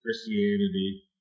Christianity